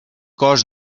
cos